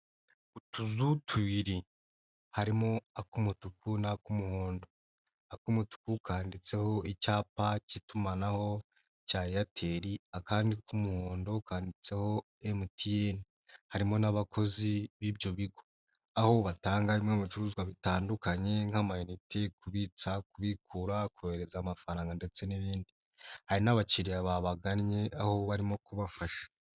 Utuzu tubiri harimo ak'umutuku n'ak'umuhondo, ak'umutuku kanditseho icyapa K'itumanaho cya Airtel, akandi k'umuhondo kanditseho MTN. Harimo n'abakozi b'ibyo bigo aho batangamwe bicuruzwa bitandukanye nk'amaniyite, kubitsa, kubikura, kohereza amafaranga ndetse n'ibindi. Hari n'abakiriya babagannye aho barimo kubafasha.